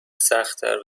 سختتر